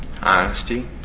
Honesty